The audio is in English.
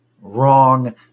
wrong